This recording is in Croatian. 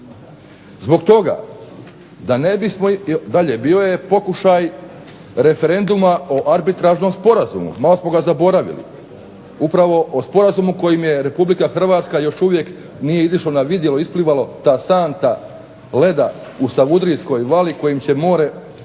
Hrvatske. Dalje, bio je pokušaj referenduma o arbitražnom sporazumu, malo smo ga zaboravili. Upravo o sporazumu kojim je Republika Hrvatska još uvijek nije izašlo na vidjelo, isplivalo, ta santa leda u savudrijskoj vali kojim će more preći